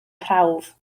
prawf